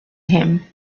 him